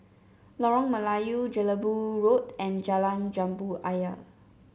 Lorong Melayu Jelebu Road and Jalan Jambu Ayer